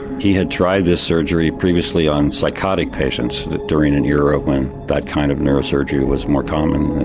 he had tried this surgery previously on psychotic patients during an era when that kind of neurosurgery was more common,